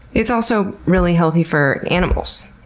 it's also really healthy for animals.